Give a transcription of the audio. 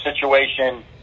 situation